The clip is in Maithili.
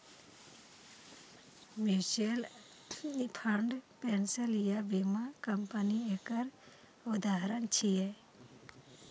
म्यूचुअल फंड, पेंशन आ बीमा कंपनी एकर उदाहरण छियै